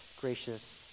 gracious